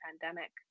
pandemic